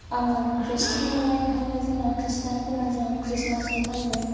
आङो ख्रिष्टान नालाय ओंखायनो जोंना ख्रिष्टानफोरना जोङो ख्रिस्टमासखौ फालियो